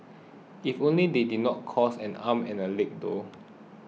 if only they didn't cost and arm and a leg though